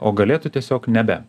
o galėtų tiesiog nebe